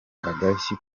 agashyi